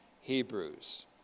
Hebrews